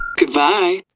Goodbye